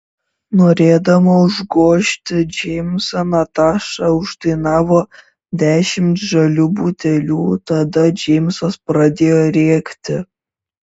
norėdama užgožti džeimsą nataša uždainavo dešimt žalių butelių tada džeimsas pradėjo rėkti